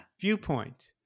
viewpoint